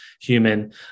human